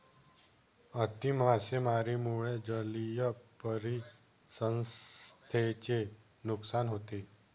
अति मासेमारीमुळे जलीय परिसंस्थेचे नुकसान होते